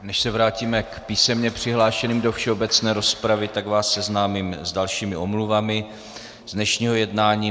Než se vrátíme k písemně přihlášeným do všeobecné rozpravy, tak vás seznámím s dalšími omluvami z dnešního jednání.